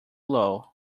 low